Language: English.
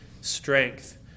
strength